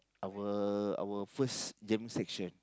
our our first jam section